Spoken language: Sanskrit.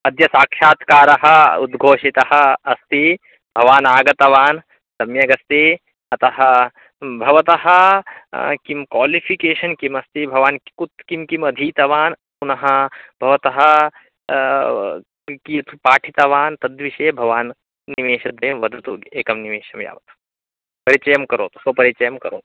अद्य साक्षात्कारः उद्गोषितः अस्ति भवानागतवान् सम्यगस्ति अतः भवतः किं कोलिफ़िकेषन् किमस्ति भवान् कुत्र किं किमधीतवान् पुनः भवतः कीयत् पाठितवान् तद्विषये भवान् निमेषद्वयं वदतु एकं निमेषं यावत् परिचयं करोतु स्वपरिचयं करोतु